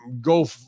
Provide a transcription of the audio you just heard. go